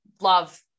love